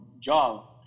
job